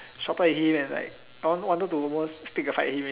shorter than him and like I wanted to almost want to pick a fight with him